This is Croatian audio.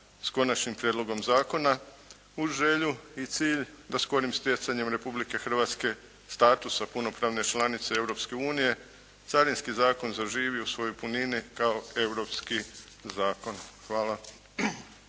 s Konačnim prijedlogom zakona uz želju i cilj da skorim stjecanjem Republike Hrvatske statusa punopravne članice Europske unije Carinski zakon zaživi u svojoj punini kao europski zakon. Hvala.